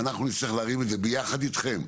ואנחנו נצטרך להרים את זה יחד אתכם,